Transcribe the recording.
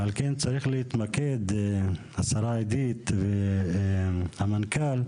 ועל כן צריך להתמקד, השרה עידית, והמנכ"ל.